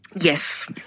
Yes